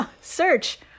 Search